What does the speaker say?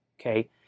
okay